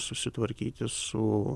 susitvarkyti su